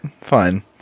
fine